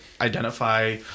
identify